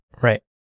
Right